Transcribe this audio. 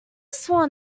sworn